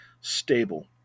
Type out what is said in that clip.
stable